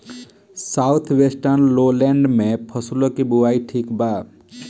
South western lowland में फसलों की बुवाई ठीक बा?